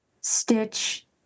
Stitch